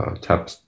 tap